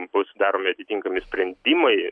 bus daromi atitinkami sprendimai